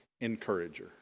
encourager